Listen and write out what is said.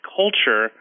culture